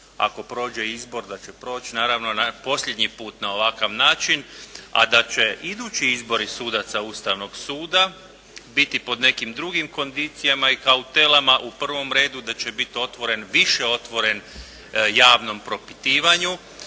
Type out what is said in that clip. ako prođe izbor, da će proći naravno posljednji put na ovakav način, a da će idući izbori sudaca Ustavnog suda biti pod nekim drugim kondicijama i kautelama, u prvom redu da će biti otvoren, više otvoren javnom propitivanju.